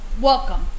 welcome